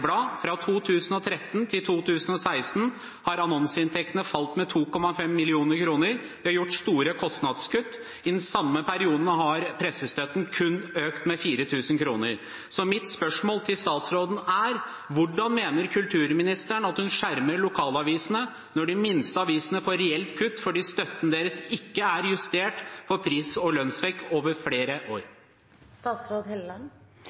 Fra 2013 til 2016 har annonseinntektene falt med 2,5 mill. kr. De har gjort store kostnadskutt. I den samme perioden har pressestøtten kun økt med 4 000 kr. Så mitt spørsmål til statsråden er: Hvordan mener kulturministeren at hun skjermer lokalavisene, når de minste avisene får reelt kutt fordi støtten deres ikke er justert for pris- og lønnsvekst over flere